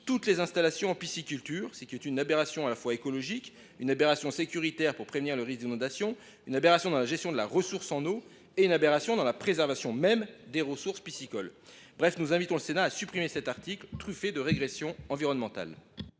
toutes les installations en pisciculture, ce qui est une aberration écologique, une aberration sécuritaire dès lors qu’il s’agit de prévenir le risque d’inondation, une aberration dans la gestion de la ressource en eau, et une aberration pour la préservation même des ressources piscicoles. Nous invitons donc le Sénat à supprimer cet article truffé de régressions environnementales.